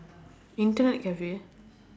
internet cafe